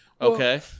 Okay